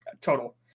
total